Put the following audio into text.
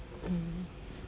mm